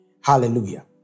Hallelujah